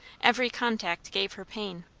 every contact gave her pain.